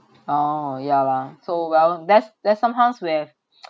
oh ya lah so well there's there's somehows we have